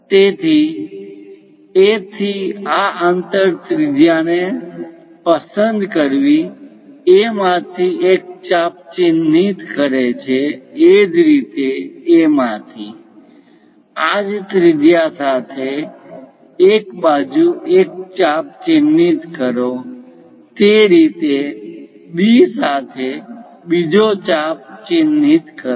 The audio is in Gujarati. તેથી A થી આ અંતર ત્રિજ્યા ને પસંદ કરવી A માંથી એક ચાપ ચિહ્નિત કરે છે એ જ રીતે A માંથી આ જ ત્રિજ્યા સાથે આ બાજુ એક ચાપ ચિહ્નિત કરો તે રીતે B સાથે બીજો ચાપ ચિહ્નિત કરો